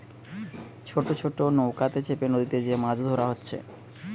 ছোট ছোট নৌকাতে চেপে নদীতে যে মাছ ধোরা হচ্ছে